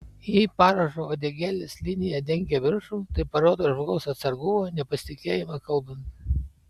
jei parašo uodegėlės linija dengia viršų tai parodo žmogaus atsargumą nepasitikėjimą kalbant